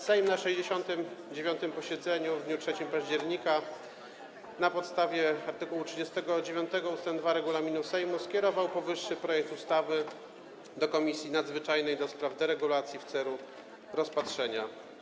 Sejm na 69. posiedzeniu w dniu 3 października na podstawie art. 39 ust. 2 regulaminu Sejmu skierował powyższy projekt ustawy do Komisji Nadzwyczajnej do spraw deregulacji w celu rozpatrzenia.